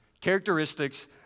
Characteristics